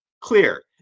clear